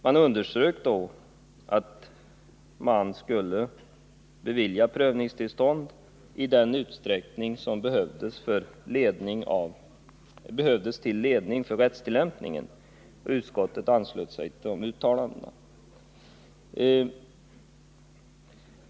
Man underströk då att prövningstillstånd skulle beviljas i den utsträckning som behövs till ledning för rättstillämpningen. Utskottet anslöt sig då till dessa uttalanden.